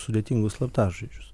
sudėtingus slaptažodžius